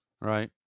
right